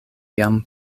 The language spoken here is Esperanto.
jam